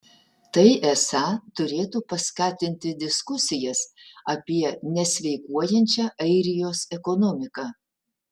tai esą turėtų paskatinti diskusijas apie nesveikuojančią airijos ekonomiką